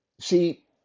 see